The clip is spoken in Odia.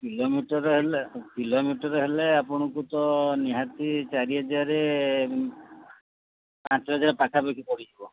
କିଲୋମିଟର ହେଲେ କିଲୋମିଟର ହେଲେ ଆପଣଙ୍କୁ ତ ନିହାତି ଚାରି ହଜାର ପାଞ୍ଚ ହଜାର ପାଖାପାଖି ପଡ଼ିଯିବ